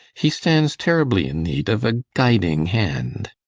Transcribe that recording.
he stands terribly in need of a guiding hand.